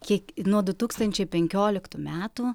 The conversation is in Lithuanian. kiek nuo du tūkstančiai penkioliktų metų